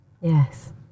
Yes